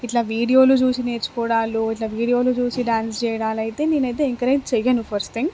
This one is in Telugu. ఇట్ల వీడియోలు చూసి నేర్చుకోవడాలు ఇట్ల వీడియోలు చూసి డాన్స్ చేయడాలైతే నేనైతే ఎంకరేజ్ చెయ్యను ఫస్ట్ థింగ్